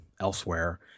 elsewhere